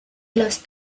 los